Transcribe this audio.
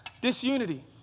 disunity